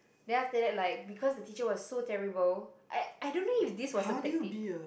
then after that like because the teacher was so terrible I I don't know if this was a tactic